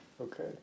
Okay